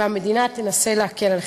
והמדינה תנסה להקל עליכן.